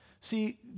See